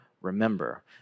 remember